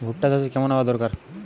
ভুট্টা চাষে কেমন আবহাওয়া দরকার?